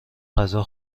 غذا